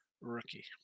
rookie